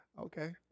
Okay